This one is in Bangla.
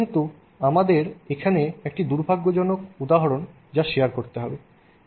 কিন্তু আমাদের এখানে একটি দুর্ভাগ্যজনক উদাহরণ যা শেয়ার করতে হবে